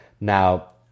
Now